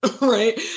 right